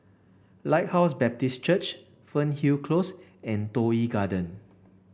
Lighthouse Baptist Church Fernhill Close and Toh Yi Garden